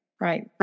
right